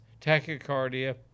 tachycardia